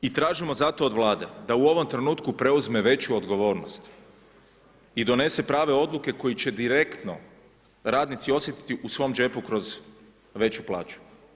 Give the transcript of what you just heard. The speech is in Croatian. I tražimo zato od Vlade da u ovom trenutku preuzme veću odgovornost i donese prave odluke koje će direktno radnici osjetiti u svoj džepu kroz veću plaću.